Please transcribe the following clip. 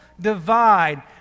divide